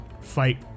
fight